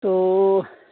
تو